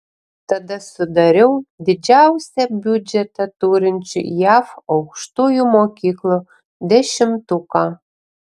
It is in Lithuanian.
tada sudariau didžiausią biudžetą turinčių jav aukštųjų mokyklų dešimtuką